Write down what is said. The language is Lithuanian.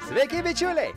sveiki bičiuliai